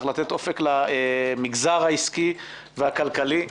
אופק למגזר העסקי והכלכלי.